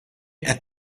qed